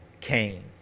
Cain